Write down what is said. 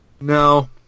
no